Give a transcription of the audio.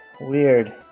weird